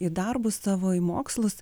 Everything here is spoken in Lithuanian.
į darbus savo į mokslus